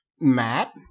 Matt